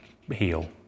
heal